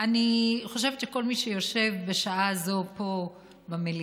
אני חושבת שכל מי שיושב בשעה זו פה במליאה,